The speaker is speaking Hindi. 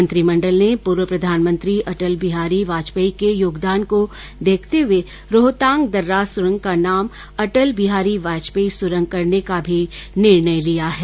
मंत्रिमंडल ने पूर्व प्रधानमंत्री अटल बिहारी वाजपेयी के योगदान को देखते हुए रोहतांग दर्रा सुरंग का नाम अटल बिहारी वाजपेयी सुरंग करने का भी निर्णय लिया है